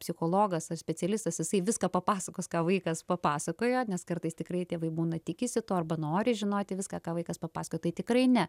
psichologas ar specialistas jisai viską papasakos ką vaikas papasakoja nes kartais tikrai tėvai būna tikisi to arba nori žinoti viską ką vaikas papasakojo tai tikrai ne